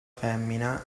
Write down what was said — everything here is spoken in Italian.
femmina